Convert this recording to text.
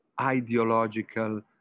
ideological